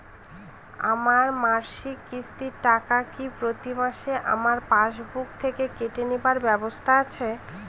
আমার মাসিক কিস্তির টাকা কি প্রতিমাসে আমার পাসবুক থেকে কেটে নেবার ব্যবস্থা আছে?